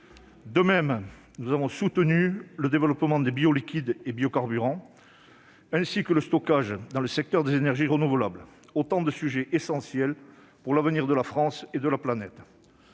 De même, nous avons soutenu le développement des bioliquides et des biocarburants, ainsi que le stockage dans le secteur des énergies renouvelables. Ce sont là autant de sujets essentiels pour l'avenir de la France et même de la planète.